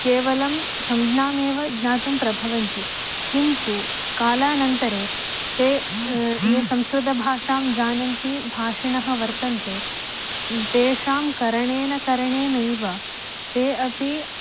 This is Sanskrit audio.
केवलं संज्ञामेव ज्ञातुं प्रभवन्ति किन्तु कालानन्तरे ते ये संस्कृतभाषां जानन्ति भाषिणः वर्तन्ते तेषां करणेन करणेनैव ते अपि